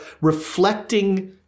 reflecting